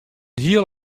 heel